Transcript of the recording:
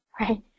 right